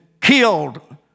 killed